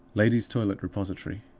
ladies' toilet repository,